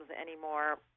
anymore